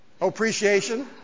Appreciation